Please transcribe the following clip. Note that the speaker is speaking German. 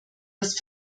das